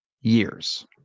years